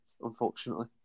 unfortunately